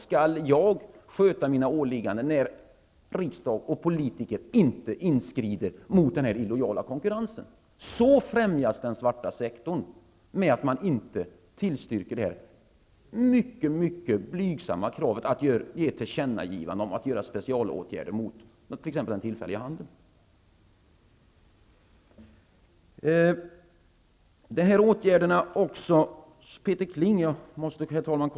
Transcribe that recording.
Skall jag sköta mina åligganden när riksdag och politiker inte inskrider mot denna illojala konkurrens? Genom att man inte tillstryker detta mycket blygsamma krav att göra ett tillkännagivande om att vidta specialåtgärder mot t.ex. den tillfälliga handeln främjas den svarta sektorn. Herr talman!